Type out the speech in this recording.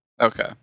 okay